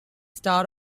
star